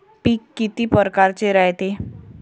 पिकं किती परकारचे रायते?